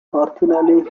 fortunately